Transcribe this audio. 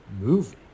movie